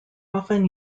often